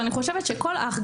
אני חושבת שכל אח,